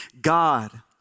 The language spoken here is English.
God